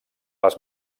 les